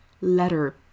Letter